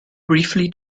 briefly